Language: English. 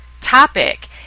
topic